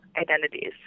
identities